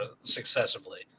successively